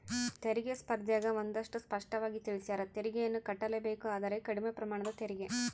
ತೆರಿಗೆ ಸ್ಪರ್ದ್ಯಗ ಒಂದಷ್ಟು ಸ್ಪಷ್ಟವಾಗಿ ತಿಳಿಸ್ಯಾರ, ತೆರಿಗೆಯನ್ನು ಕಟ್ಟಲೇಬೇಕು ಆದರೆ ಕಡಿಮೆ ಪ್ರಮಾಣದ ತೆರಿಗೆ